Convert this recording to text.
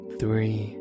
three